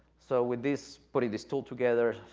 so, with this, putting this tool together,